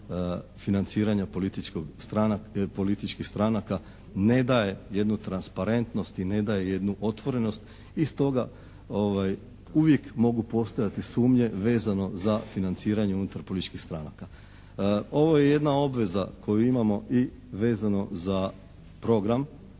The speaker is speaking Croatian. financiranja političkih stranaka ne daje jednu transparentnost i ne daje jednu otvorenost i stoga uvijek mogu postojati sumnje vezano za financiranje unutar političkih stranaka. Ovo je jedna obveza koju imamo vezano i za program,